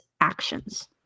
actions